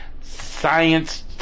science